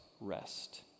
rest